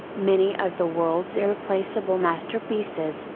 many of the world's irreplaceable masterpieces,